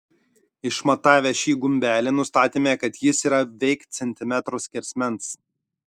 išmatavę šį gumbelį nustatėme kad jis yra veik centimetro skersmens